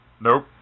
Nope